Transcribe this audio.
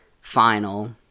final